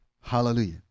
Hallelujah